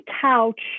couch